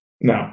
No